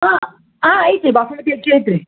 ಹಾಂ ಹಾಂ ಐತೆ ರೀ ಬಾಸುಮತಿ ಅಕ್ಕಿ ಐತೆ ರೀ